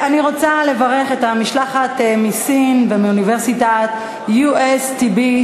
אני רוצה לברך את המשלחת מסין ומאוניברסיטת USCB,